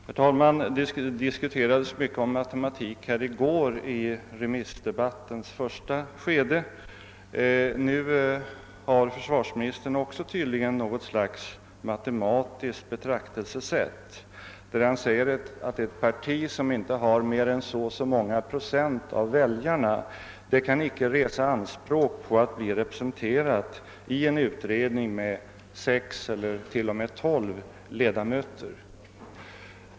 Herr talman! Det fördes i går en hel del matematiska resonemang i remissdebattens första skede. Nu har tydligen också försvarsministern anlagt något slags matematiskt betraktelsesätt. Han säger att ett parti som inte har mer än en viss procent av väljarna icke kan resa anspråk på att bli representerat i en utredning med sex eller t.o.m. tolv ledamöter.